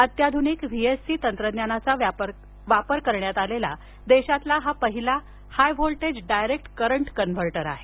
अत्याधुनिक व्हीएससी तंत्रज्ञानाचा वापर करण्यात आलेला देशातील हा पहिला high voltage direct current converter आहे